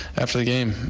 after the game